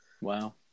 Wow